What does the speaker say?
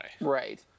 Right